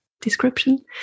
description